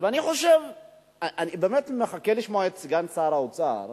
אני באמת מחכה לשמוע את סגן שר האוצר,